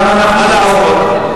מה לעשות.